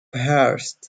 hearst